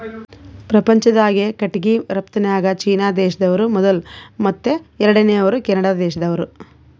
ಪ್ರಪಂಚ್ದಾಗೆ ಕಟ್ಟಿಗಿ ರಫ್ತುನ್ಯಾಗ್ ಚೀನಾ ದೇಶ್ದವ್ರು ಮೊದುಲ್ ಮತ್ತ್ ಎರಡನೇವ್ರು ಕೆನಡಾ ದೇಶ್ದವ್ರು